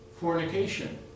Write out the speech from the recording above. fornication